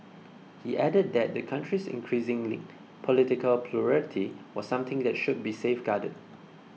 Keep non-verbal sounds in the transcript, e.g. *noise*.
he added that the country's increasing *noise* political plurality was something that should be safeguarded